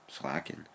slacking